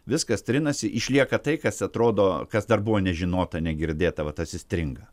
viskas trinasi išlieka tai kas atrodo kas dar buvo nežinota negirdėta va tas įstringa